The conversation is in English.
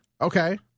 Okay